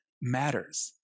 matters